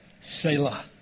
Selah